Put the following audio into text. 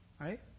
Right